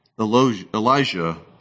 Elijah